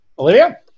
Olivia